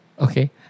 Okay